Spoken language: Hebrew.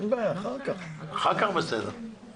אני